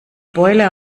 beule